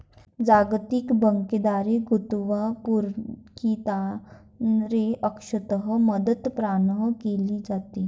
जागतिक बँकेद्वारे गुंतवणूकीद्वारे अंशतः मदत प्राप्त केली जाते